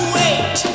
wait